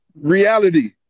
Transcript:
reality